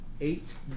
eight